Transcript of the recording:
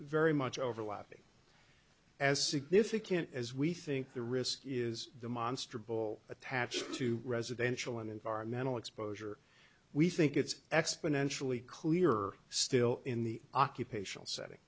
very much overlapping as significant as we think the risk is demonstrably attached to residential and environmental exposure we think it's exponentially clearer still in the occupational setting